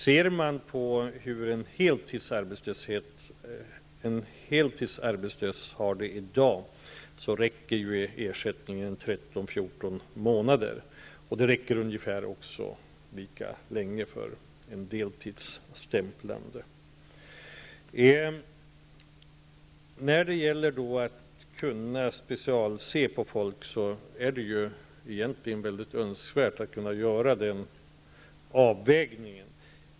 För en heltidsarbetslös räcker i dag ersättningen 13--14 månader. Den räcker ungefär lika länge för den som stämplar på deltid. Det är önskvärt att kunna göra avvägningar och se på ett speciellt sätt på vissa fall.